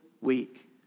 week